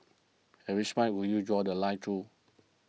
at which point would you draw The Line true